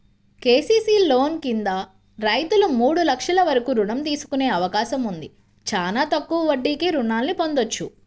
KCC loan కింద రైతులు మూడు లక్షల వరకు రుణం తీసుకునే అవకాశం ఉంది, చానా తక్కువ వడ్డీకే రుణాల్ని పొందొచ్చు